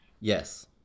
Yes